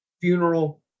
funeral